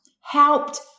helped